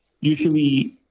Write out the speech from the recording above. usually